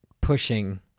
pushing